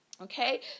Okay